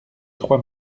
trois